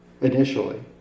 initially